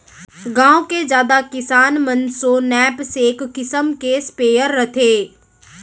गॉँव के जादा किसान मन सो नैपसेक किसम के स्पेयर रथे